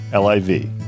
LIV